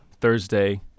Thursday